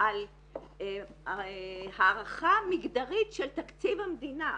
על הערכה מגדרית של תקציב המדינה.